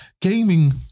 gaming